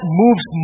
moves